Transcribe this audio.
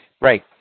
Right